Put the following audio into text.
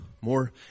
more